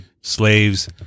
slaves